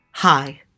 Hi